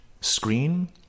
screen